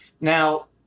Now